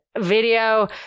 video